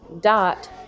dot